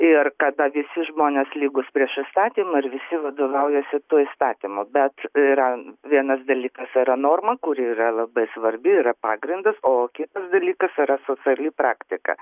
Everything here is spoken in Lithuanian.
ir kada visi žmonės lygūs prieš įstatymą ir visi vadovaujasi tuo įstatymu bet yra vienas dalykas yra norma kuri yra labai svarbi yra pagrindas o kitas dalykas yra sociali praktika